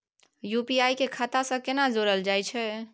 UPI के खाता सं केना जोरल जाए छै?